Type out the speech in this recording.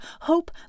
hope